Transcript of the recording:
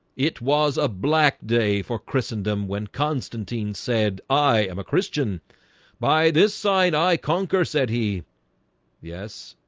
it was a black day for christened m when constantine said i am a christian by this side. i concur said he yes,